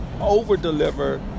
over-deliver